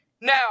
Now